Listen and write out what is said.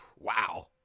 Wow